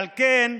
על כן,